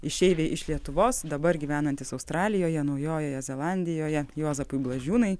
išeiviai iš lietuvos dabar gyvenantys australijoje naujojoje zelandijoje juozapui blažiūnui